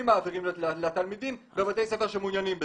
מעבירים לתלמידים בבתי ספר שמעוניינים בזה,